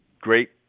great